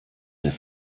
der